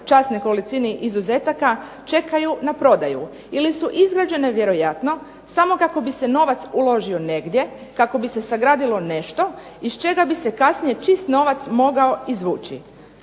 čast nekolicini izuzetaka, čekaju na prodaju ili su izgrađene vjerojatno samo kako bi se novac uložio negdje, kako bi se sagradilo nešto iz čega bi se kasnije čist novac mogao izvući.